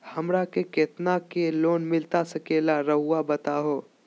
हमरा के कितना के लोन मिलता सके ला रायुआ बताहो?